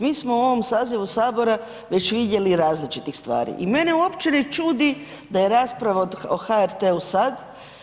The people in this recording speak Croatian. Mi smo u ovom sazivu Sabora već vidjeli različitih stvari i mene uopće ne čudi da je rasprava o HRT-u sada.